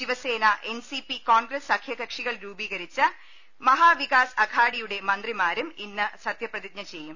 Shiv Sena N C P Congress സഖ്യകക്ഷികൾ രൂപീകരിച്ച മഹാവികാസ് അഘാഡിയുടെ മന്ത്രിമാരും ഇന്ന് സത്യപ്രതിജ്ഞ ചെയ്യും